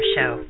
Show